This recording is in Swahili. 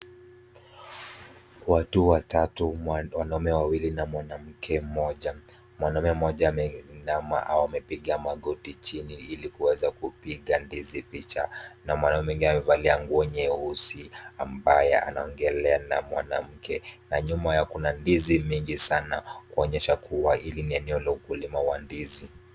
Watu watatu, wanaume wawili na mwanamke mmoja. Mwanaume mmoja ameinama au amepiga magoti chini ili kuweza kupiga ndizi picha na mwanaume mwingine amevalia nguo nyeusi ambaye anaogea na mwanamke na nyuma yao kuna ndizi nyingi sana kuonyesha hili ni eneo la ukulima wa ndizi.